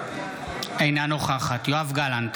אינה נוכחת יואב גלנט,